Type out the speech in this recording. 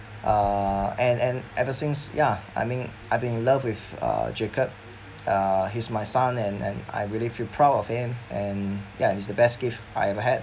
uh and and ever since ya I mean I've been in love with uh jacob uh he's my son and and I really feel proud of him and ya he's the best gift I have had